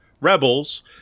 rebels